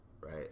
right